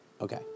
okay